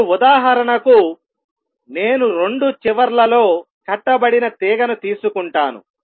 ఇప్పుడు ఉదాహరణకు నేను రెండు చివర్లలో కట్టబడిన తీగను తీసుకుంటాను